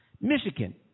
Michigan